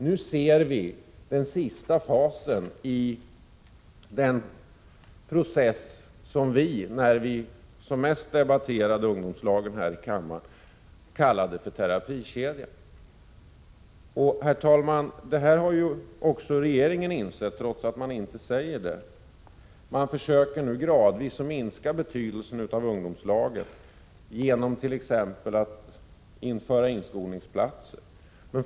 Nu ser vi den sista fasen i den process som vi, när vi som mest debatterade ungdomslagen här i kammaren, kallade för en terapikedja. Herr talman! Detta har även regeringen insett, trots att den inte säger det. Regeringen försöker gradvis att minska betydelsen av ungdomslagen genom att t.ex. införa inskolningsplatser.